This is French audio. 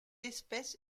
espèce